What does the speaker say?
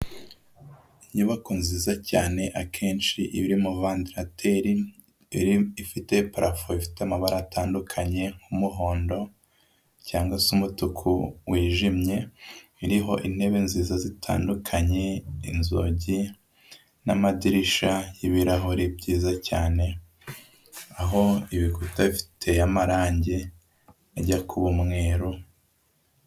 Inyubako nziza cyane akenshi iba irimo Ventilateur, ifite parafo ifite amabara atandukanye, nk'umuhondo cyangwa se umutuku wijimye, iriho intebe nziza zitandukanye, inzugi n'amadirishya y'ibirahure byiza cyane, aho ibikuta biteye amarangi ajya kuba umweru.